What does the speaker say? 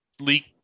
leak